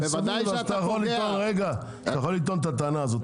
אז אתה יכול לטעון את הטענה הזאת.